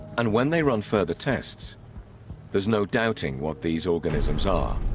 and when they run further tests there's no doubting what these organisms are